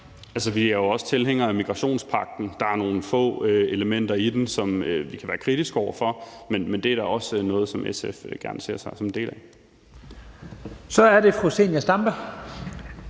vi er jo også tilhængere af migrationspagten. Der er nogle få elementer i den, som vi kan være kritiske over for, men ellers er det da også noget, som SF gerne ser vi bliver en del af. Kl. 10:44 Første